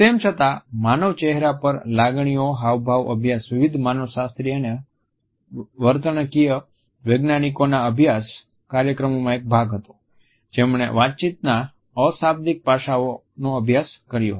તેમ છતાં માનવ ચહેરા પર લાગણીઓના હાવભાવનો અભ્યાસ વિવિધ માનવસશાસ્ત્રી અને વર્તણૂકીય વૈજ્ઞાનિકોના અભ્યાસ કાર્યક્રમોનો એક ભાગ હતો જેમણે વાતચીતના અશાબ્દિક પાસાઓ અભ્યાસ કર્યો હતો